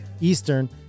Eastern